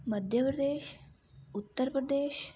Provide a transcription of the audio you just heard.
Madhya Pradesh Uttar Pradesh